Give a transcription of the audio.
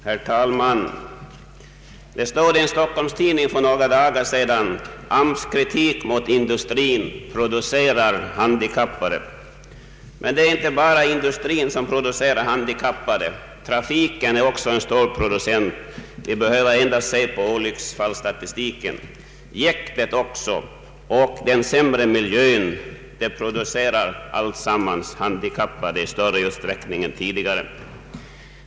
Herr talman! Det stod i en Stockholmstidning för några dagar sedan att AMS kritiserar industrin för att den producerar handikappade. Men det är inte bara industrin som producerar handikappade. Trafiken är också en stor producent, vilket vi kan se av olycksfallsstatistiken. Även jäktet och den sämre miljön producerar handikappade i större utsträckning än tidigare.